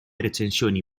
recensioni